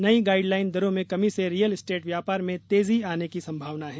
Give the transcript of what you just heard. नई गाईडलाइन दरो में कमी से रियल स्टेट व्यापार में तेजी आने की संभावना है